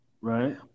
Right